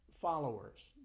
followers